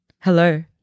hello